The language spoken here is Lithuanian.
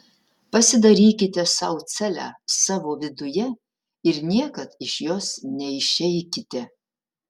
pasidarykite sau celę savo viduje ir niekad iš jos neišeikite